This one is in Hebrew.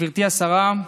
גברתי השרה,